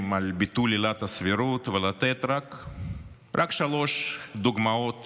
על ביטול עילת הסבירות ולתת רק שלוש דוגמאות